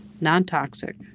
Non-toxic